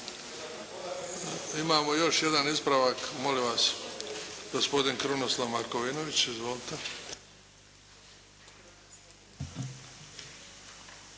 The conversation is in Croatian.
Imamo još jedan ispravak, molim vas. Gospodin Krunoslav Markovinović. Izvolite.